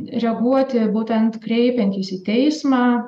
reaguoti būtent kreipiantis į teismą